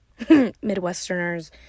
midwesterners